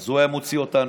הוא היה מוציא אותנו,